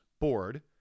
board